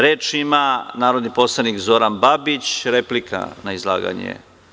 Reč ima narodni poslanik Zoran Babić, replika na izlaganje.